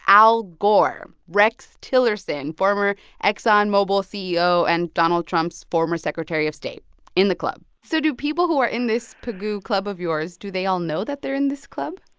al gore, rex tillerson, former exxon mobil ceo and donald trump's former secretary of state in the club so do people who are in this pigou club of yours do they all know that they're in this club?